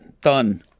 Done